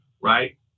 right